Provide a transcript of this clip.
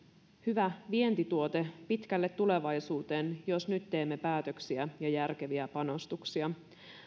hyvä vientituote pitkälle tulevaisuuteen jos nyt teemme päätöksiä ja järkeviä panostuksia